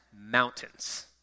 mountains